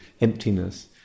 emptiness